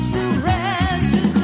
Surrender